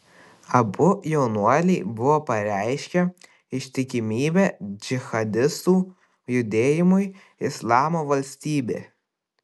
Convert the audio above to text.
abu jaunuoliai buvo pareiškę ištikimybę džihadistų judėjimui islamo valstybė